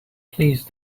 please